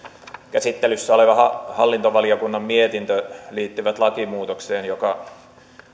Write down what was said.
käsittelyssä oleva hallintovaliokunnan mietintö liittyvät lakimuutokseen joka